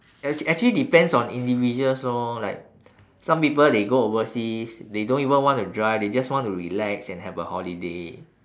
act~ actually depends on individuals lor like some people they go overseas they don't even want to drive they just want to relax and have a holiday